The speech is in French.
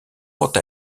quant